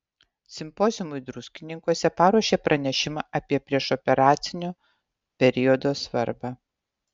simpoziumui druskininkuose paruošė pranešimą apie priešoperacinio periodo svarbą